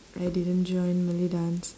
I didn't join malay dance